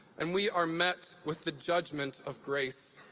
and we are met with the judgment of grace.